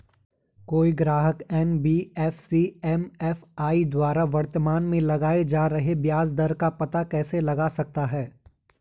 कोई ग्राहक NBFC MFI द्वारा वर्तमान में लगाए जा रहे ब्याज दर का पता कैसे लगा सकता है?